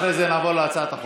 אחרי זה נעבור להצעת החוק.